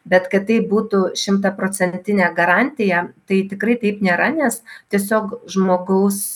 bet kad tai būtų šimtaprocentinė garantija tai tikrai taip nėra nes tiesiog žmogaus